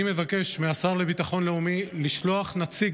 אני מבקש מהשר לביטחון לאומי לשלוח נציג